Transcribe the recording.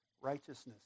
righteousness